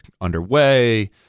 underway